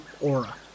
Aura